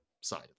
side